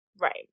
right